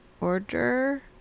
Order